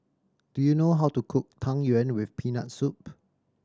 do you know how to cook Tang Yuen with Peanut Soup